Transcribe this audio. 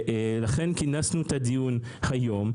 לכן כינסנו את הדיון היום,